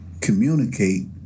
communicate